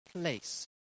place